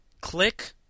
click